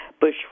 Bush